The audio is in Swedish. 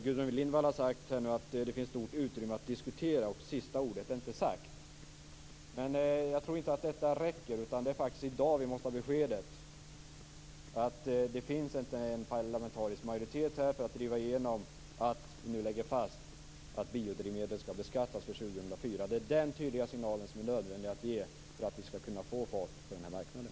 Gudrun Lindvall har sagt att det finns utrymme att diskutera och att sista ordet inte är sagt. Men detta räcker inte. Det är faktiskt i dag som vi måste ha besked om att det inte finns en parlamentarisk majoritet att driva igenom att biodrivmedel skall beskattas från år 2004. Det är den tydliga signalen som är nödvändig att ge för att få fart på marknaden.